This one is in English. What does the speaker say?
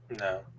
No